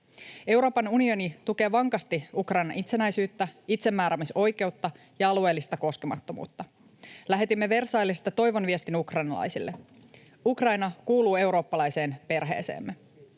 Euroopan unioni tukee vankasti Ukrainan itsenäisyyttä, itsemääräämisoikeutta ja alueellista koskemattomuutta. Lähetimme Versaillesista toivon viestin ukrainalaisille: Ukraina kuuluu eurooppalaiseen perheeseemme.